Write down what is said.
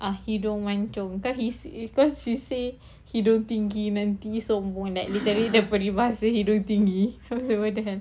ah hidung mancung cause he say cause he say hidung tinggi nanti sombong like literally peribahasa hidung tinggi then I was like what the hell